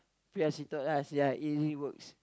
P_R_C taught us ya it it works